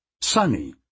sunny